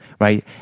right